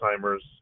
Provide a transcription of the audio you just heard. Alzheimer's